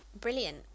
Brilliant